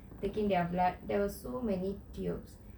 taking their blood there were so many tubes